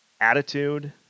attitude